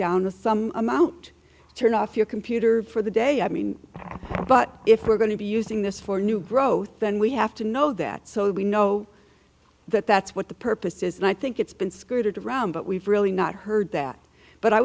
the some amount turn off your computer for the day i mean but if we're going to be using this for new growth then we have to know that so we know that that's what the purpose is and i think it's been skirted around but we've really not heard that but i